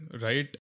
right